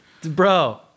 Bro